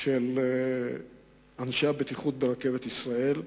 של אנשי הבטיחות ברכבת ישראל.